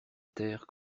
terre